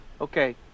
okay